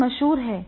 बहुत मशहूर